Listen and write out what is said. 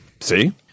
See